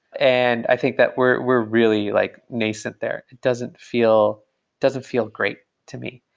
and i think that we're we're really like nascent there. it doesn't feel doesn't feel great to me.